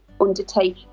undertake